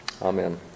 Amen